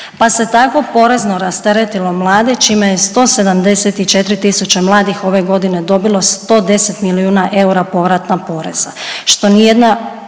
pa se tako porezno rasteretilo mlade čime je 174 tisuće mladih ove godine dobilo 110 milijuna eura povrata poreza